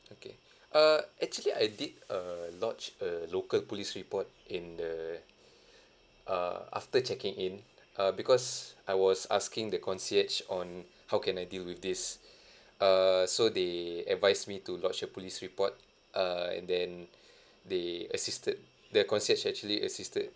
okay uh actually I did uh lodge a local police report in the uh after checking in uh because I was asking the concierge on how can I deal with this err so they advised me to lodge a police report err and then they assisted the concierge actually assisted